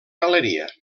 galeria